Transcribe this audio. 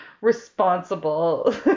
responsible